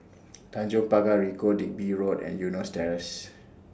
Tanjong Pagar Ricoh Digby Road and Eunos Terrace